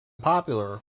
popular